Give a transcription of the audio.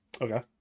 Okay